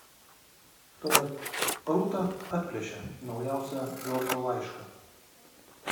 tuomet rūta atplėšė naujausią džordžo laišką